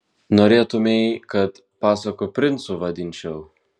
norėtumei kad pasakų princu vadinčiau